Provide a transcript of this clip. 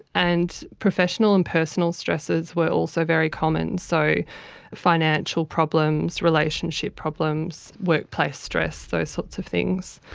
and professional and personal stresses were also very common, so financial problems, relationship problems, workplace stress, those sorts of things.